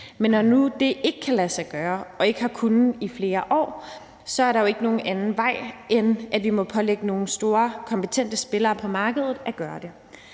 Men når nu det ikke kan lade sig gøre og ikke har kunnet det i flere år, er der jo ikke nogen anden vej, end at vi må pålægge nogle store kompetente spillere på markedet at gøre det.